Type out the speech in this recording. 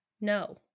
no